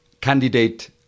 candidate